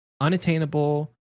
unattainable